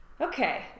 okay